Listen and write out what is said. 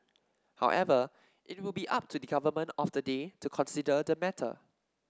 however it will be up to the government of the day to consider the matter